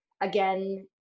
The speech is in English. again